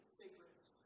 secrets